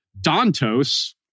Dantos